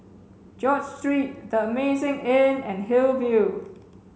George Street The Amazing Inn and Hillview